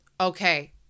okay